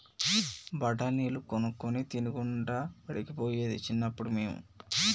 బఠాణీలు కొనుక్కొని తినుకుంటా బడికి పోయేది చిన్నప్పుడు మేము